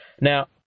Now